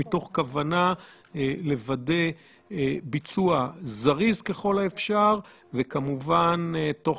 מתוך כוונה לוודא ביצוע זריז ככל האפשר וכמובן תוך